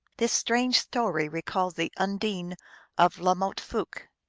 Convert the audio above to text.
this strange story recalls the undine of la motte fouqud.